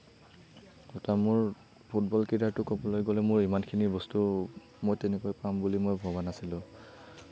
তথা মোৰ ফুটবল কেৰিয়াৰটো ক'বলৈ গ'লে মোৰ ইমানখিনি বস্তু মই তেনেকৈ পাম বুলি মই ভবা নাছিলোঁ